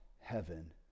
heaven